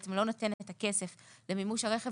בעצם לא נותן את הכסף למימוש הרכב